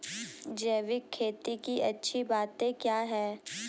जैविक खेती की अच्छी बातें क्या हैं?